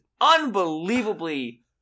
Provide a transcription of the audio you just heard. unbelievably